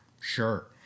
Sure